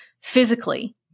physically